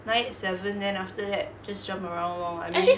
nine eight seven then after that just jump around lor I mean